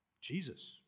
Jesus